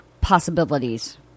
possibilities